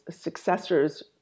successors